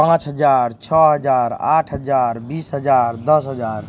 पाँच हजार छओ हजार आठ हजार बीस हजार दस हजार